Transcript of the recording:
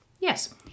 yes